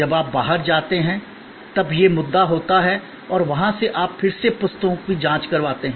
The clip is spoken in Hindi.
जब आप बाहर जाते हैं तब यह मुद्दा होता है और वहां से आप फिर से पुस्तकों की जांच करवाते हैं